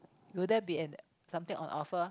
will there be and something on offer